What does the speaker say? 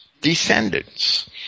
descendants